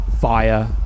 fire